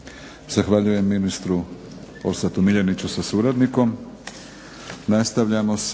Zahvaljujem ministru Orsatu Miljeniću sa suradnikom.